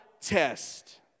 test